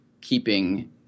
keeping